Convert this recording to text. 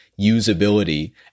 usability